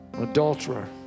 adulterer